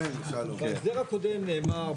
בהסדר הקודם נאמר,